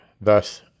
thus